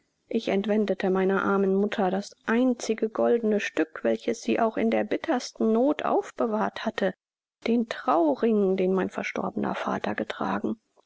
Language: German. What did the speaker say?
ich entwendete meiner armen mutter das einzige goldene stück welches sie auch in der bittersten noth aufbewahrt hatte den trauring den mein verstorbener vater getragen